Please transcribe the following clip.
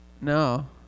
No